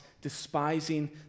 despising